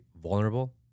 vulnerable